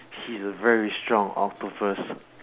he's a very strong octopus